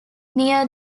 near